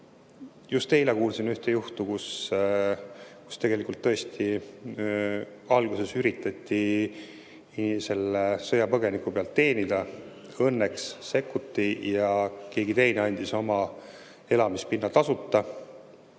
Just eile kuulsin ühte juhtu, kus tõesti alguses üritati selle sõjapõgeniku pealt teenida, õnneks sekkuti ja keegi teine andis oma elamispinna